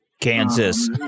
Kansas